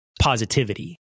positivity